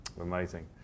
Amazing